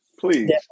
Please